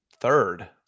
third